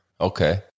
Okay